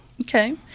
Okay